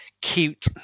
cute